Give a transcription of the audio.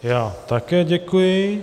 Já také děkuji.